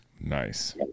Nice